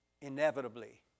Inevitably